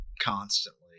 constantly